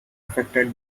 affected